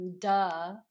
duh